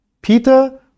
Peter